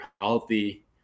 healthy